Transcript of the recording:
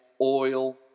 oil